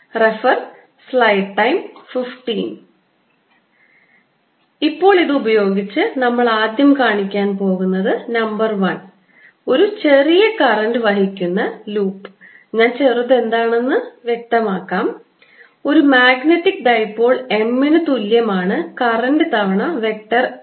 rr mr3 ∴Ar04πmrr3 ഇപ്പോൾ ഇത് ഉപയോഗിച്ച് നമ്മൾ ആദ്യം കാണിക്കാൻ പോകുന്നത് നമ്പർ 1 ഒരു ചെറിയ കറന്റ് വഹിക്കുന്ന ലൂപ്പ് ഞാൻ ചെറുത് എന്താണെന്ന് വ്യക്തമാക്കാം ഒരു മാഗ്നെറ്റിക് ഡൈപോൾ m ന് തുല്യമാണ് കറൻറ് തവണ വെക്റ്റർ a